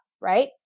right